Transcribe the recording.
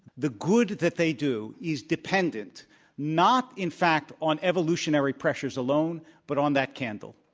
the good that they do is dependent not in fact on evolutionary pressures alone but on that candle,